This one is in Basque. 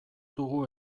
dugu